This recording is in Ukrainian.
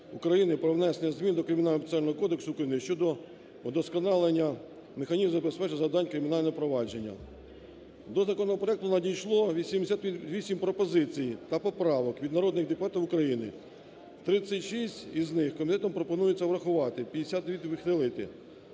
України про внесення змін до Кримінального процесуального кодексу України (щодо удосконалення механізмів забезпечення завдань кримінального провадження). До законопроекту надійшло 88 пропозицій та поправок від народних депутатів України. 36 із них комітетом пропонується врахувати, 52 відхилити.